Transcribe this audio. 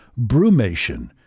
brumation